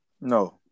No